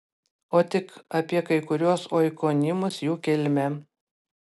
o tik apie kai kuriuos oikonimus jų kilmę